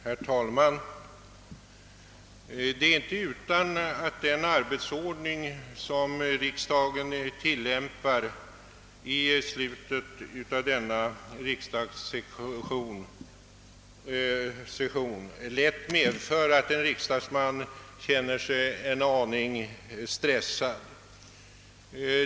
Herr talman! Det är inte utan att den arbetsordning som riksdagen tilllämpar i slutet av denna riksdagssession lätt medför att en riksdagsman kan ha anledning att känna sig en aning stressad.